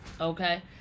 Okay